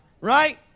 Right